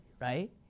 Right